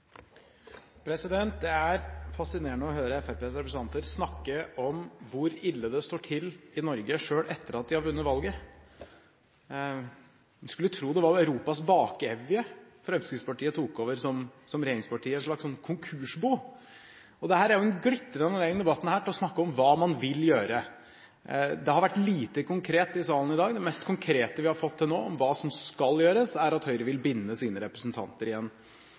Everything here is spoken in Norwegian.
å høre Fremskrittspartiets representanter snakke om hvor ille det står til i Norge, selv etter at de har vunnet valget. En skulle tro det var Europas bakevje Fremskrittspartiet tok over som regjeringsparti – et slags konkursbo. Dette er en glitrende anledning i debatten til å snakke om hva man vil gjøre. Det har vært lite konkret i salen i dag. Det mest konkrete vi har fått til nå om hva som skal gjøres, er at Høyre vil binde sine